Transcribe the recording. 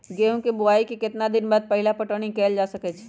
गेंहू के बोआई के केतना दिन बाद पहिला पटौनी कैल जा सकैछि?